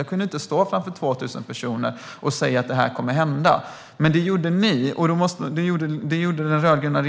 Jag kunde inte stå framför 2 000 personer och säga att detta kommer att hända. Men det gjorde ni i den rödgröna